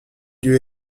lui